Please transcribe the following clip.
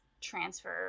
transfer